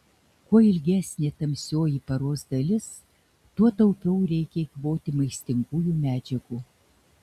kuo ilgesnė tamsioji paros dalis tuo taupiau reikia eikvoti maistingųjų medžiagų